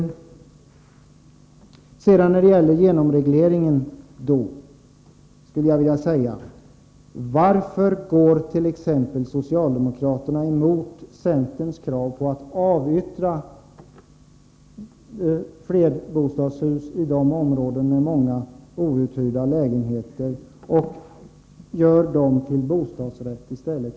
När det gäller genomregleringen skulle jag vilja fråga: Varför går socialdemokraterna emot centerns krav på att avyttra flerbostadshus i områden med många outhyrda lägenheter och göra dem till bostadsrätter i stället?